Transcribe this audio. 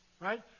right